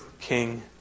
King